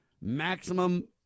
maximum